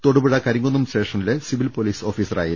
തൊടുപുഴ കരിങ്കുന്നം സ്റ്റേഷനിലെ civil police ഓഫീസറായിരുന്നു